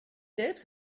selbst